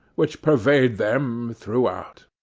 which pervade them throughout.